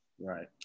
Right